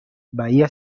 bahía